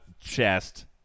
chest